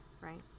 right